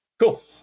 Cool